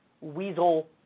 weasel